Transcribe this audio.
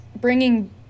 bringing